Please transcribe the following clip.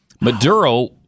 Maduro